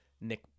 Nick